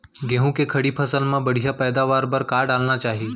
गेहूँ के खड़ी फसल मा बढ़िया पैदावार बर का डालना चाही?